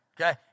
Okay